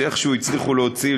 איכשהו הצליחו להוציא,